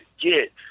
get –